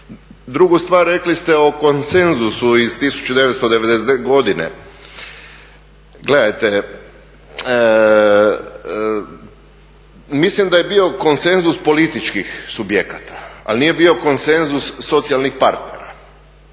Drugu stvar rekli ste o konsenzusu iz 1999. godine, gledajte mislim da je bio konsenzus političkih subjekata, ali nije bio konsenzus socijalnih partnera